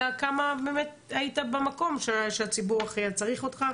אלא כמה באמת היית במקום שהציבור הכי צריך אותך.